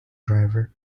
driver